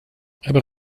aber